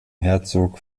herzog